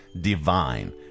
divine